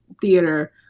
theater